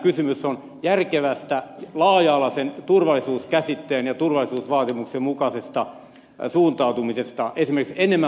kysymys on järkevästä laaja alaisen turvallisuuskäsitteen ja turvallisuusvaatimuksen mukaisesta suuntautumisesta esimerkiksi enemmän vapaaehtoisuuteen pohjautuen